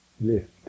lift